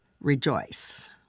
rejoice